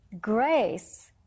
Grace